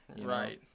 right